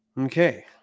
Okay